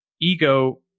ego